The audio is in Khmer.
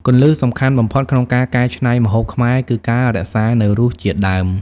គន្លឹះសំខាន់បំផុតក្នុងការកែច្នៃម្ហូបខ្មែរ គឺ ការរក្សានូវរសជាតិដើម។